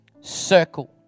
circle